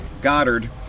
Goddard